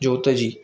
ज्योत जी